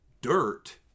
dirt